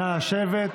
נא לשבת.